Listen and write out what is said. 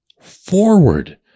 forward